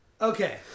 Okay